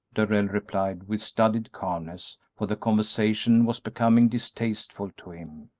darrell replied, with studied calmness, for the conversation was becoming distasteful to him.